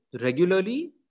regularly